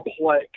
play